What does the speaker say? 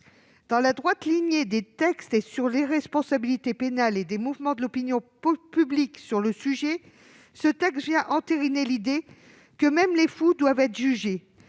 Dans la droite ligne des textes sur les responsabilités pénales et des mouvements de l'opinion publique sur le sujet, ce texte vient entériner l'idée que même les fous doivent être jugés,